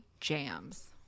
jams